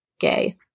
gay